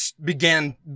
began